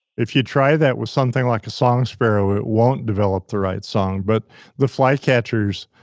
if you try that with something like a song sparrow, it won't develop the right song. but the flycatchers,